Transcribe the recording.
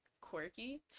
quirky